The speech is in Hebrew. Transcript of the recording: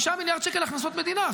5 מיליארד שקל הכנסות מדינה.